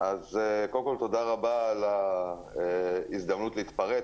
קודם כל תודה רבה על ההזדמנות להתפרץ,